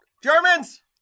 Germans